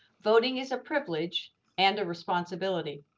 voting is a privilege and a responsibility.